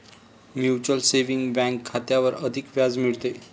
mutual saving bank खात्यावर अधिक व्याज मिळते